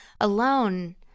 Alone